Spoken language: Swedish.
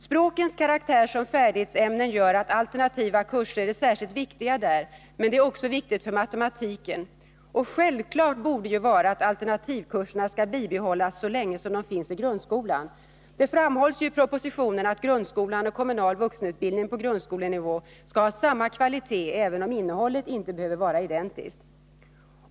Språkens karaktär som färdighetsämnen gör att alternativa kurser där är särskilt viktiga, men det är också viktigt för matematiken. Självklart borde vara att alternativkurserna skall bibehållas så länge de finns i grundskolan. Det framhålls ju i propositionen att grundskolan och kommunal vuxenutbildning på grundskolenivå skall ha samma kvalitet även om innehållet inte behöver vara identiskt.